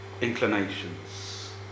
inclinations